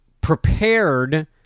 prepared